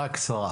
בקצרה בקצרה.